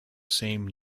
same